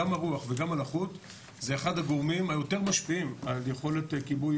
גם הרוח וגם הלחות זה אחד הגורמים היותר משפיעים על יכולת כיבוי